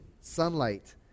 sunlight